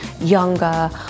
younger